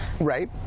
Right